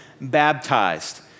baptized